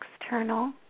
external